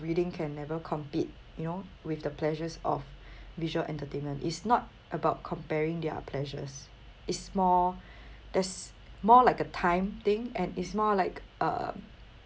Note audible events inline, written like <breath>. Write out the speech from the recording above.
reading can never compete you know with the pleasures of <breath> visual entertainment it's not about comparing their pleasures it's more there's more like a time thing and it's more like a